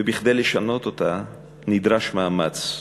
וכדי לשנות אותה נדרש מאמץ,